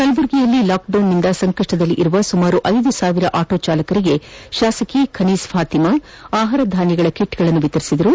ಕಲಬುರಗಿಯಲ್ಲಿ ಲಾಕ್ಡೌನ್ನಿಂದ ಸಂಕಷ್ಟದಲ್ಲಿರುವ ಸುಮಾರು ಐದು ಸಾವಿರ ಆಟೋ ಚಾಲಕರಿಗೆ ಶಾಸಕಿ ಕನೀಸ್ ಫಾತಿಮಾ ಆಹಾರ ಧಾನ್ಯಗಳ ಕಿಟ್ಗಳನ್ನು ವಿತರಿಸಿದರು